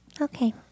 Okay